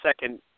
second